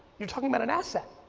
you're talking about an asset,